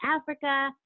Africa